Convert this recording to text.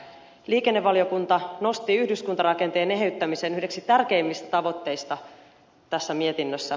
liikennevaliokunta nosti yhdyskuntarakenteen eheyttämisen yhdeksi tärkeimmistä tavoitteista tässä mietinnössä